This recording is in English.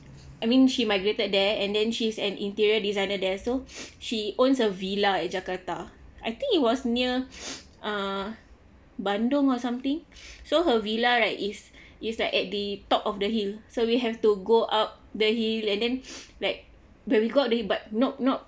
I mean she migrated there and then she's an interior designer there so she owns a villa at jakarta I think it was near uh bandung or something so her villa right is is like at the top of the hill so we have to go up the hill and then like when we got there but not not